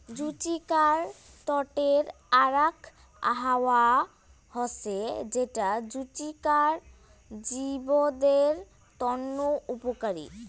জুচিকার তটের আরাক হাওয়া হসে যেটা জুচিকার জীবদের তন্ন উপকারী